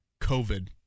COVID